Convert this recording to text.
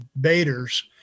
Baders